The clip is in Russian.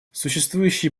существующие